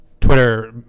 twitter